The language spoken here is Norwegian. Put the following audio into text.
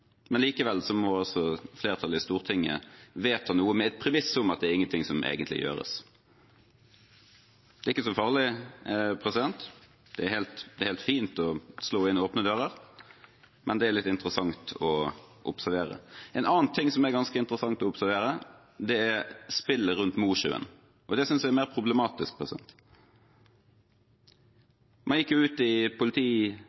Likevel må altså flertallet i Stortinget vedta noe med et premiss om at ingenting egentlig gjøres. Det er ikke så farlig, det er helt fint å slå inn åpne dører, men det er litt interessant å observere. En annen ting som er ganske interessant å observere, er spillet rundt Mosjøen. Det synes jeg er mer problematisk.